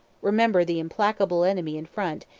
remember the implacable enemy in front,